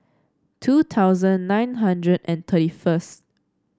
two thousand nine hundred and thirty first